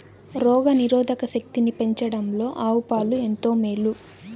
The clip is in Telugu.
రోగ నిరోధక శక్తిని పెంచడంలో ఆవు పాలు ఎంతో మేలు